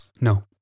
No